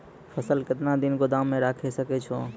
फसल केतना दिन गोदाम मे राखै सकै छौ?